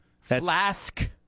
Flask